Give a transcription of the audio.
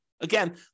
Again